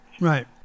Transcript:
Right